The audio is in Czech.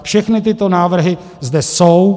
Všechny tyto návrhy zde jsou.